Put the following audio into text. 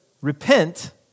repent